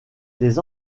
des